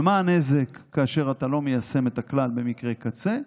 ומה הנזק כאשר אתה לא מיישם את הכלל במקרה קצה?